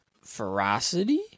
Ferocity